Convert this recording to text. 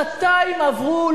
שנתיים עברו,